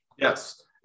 Yes